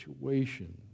situation